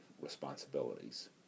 responsibilities